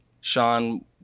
Sean